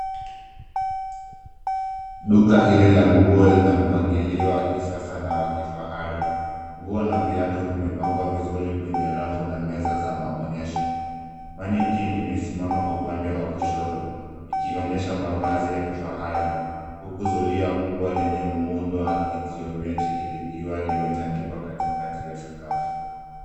Duka hili la nguo lina mpangilio wa kisasa na wa kifahari. Nguo na viatu vimepangwa vizuri kwenye rafu na meza za maonyesho. Mannequin imesimama upande wa kushoto, ikionyesha mavazi ya kifahari huku zulia kubwa lenye muundo wa kijiometri likiwa limetandikwa katikati ya sakafu.